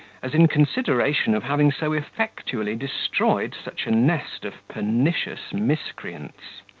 as in consideration of having so effectually destroyed such a nest of pernicious miscreants.